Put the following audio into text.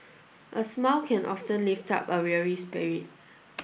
a smile can often lift up a weary spirit